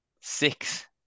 Six